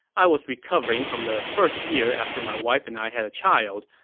i was recovering from the first year after my wife and i had a child,